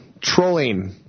trolling